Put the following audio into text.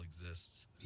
exists